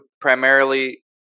primarily